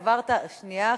שנייה,